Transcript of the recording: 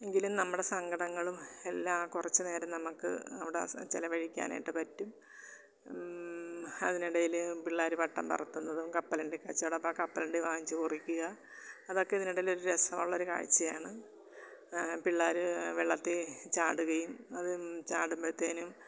എങ്കിലും നമ്മുടെ സങ്കടങ്ങളും എല്ലാം ആ കുറച്ച് നേരം നമുക്ക് അവിടെ സ ചിലവഴിക്കാനായിട്ട് പറ്റും അതിനിടയിൽ പിള്ളേർ പട്ടം പറത്തുന്നതും കപ്പലണ്ടിക്കച്ചവടം അപ്പം ആ കപ്പലണ്ടി വാങ്ങിച്ച് കൊറിക്കുക അതൊക്കെ ഇതിനിടയിൽ ഒരു രസം ഉള്ളൊരു കാഴ്ചയാണ് പിള്ളേർ വെള്ളത്തിൽ ചാടുകയും അതിൽ ചാടുമ്പോഴത്തേനും